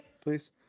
please